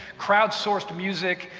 crowdsourced music,